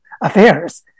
affairs